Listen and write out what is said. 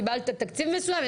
קיבלת תקציב מסוים,